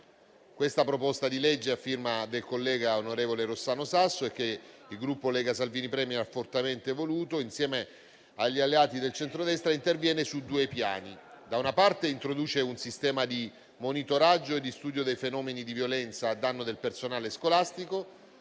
Questa proposta di legge, a firma del collega onorevole Rossano Sasso, fortemente voluta dal Gruppo Lega-Salvini *premier* insieme agli alleati del centrodestra, interviene su due piani: da una parte, introduce un sistema di monitoraggio e di studio dei fenomeni di violenza a danno del personale scolastico,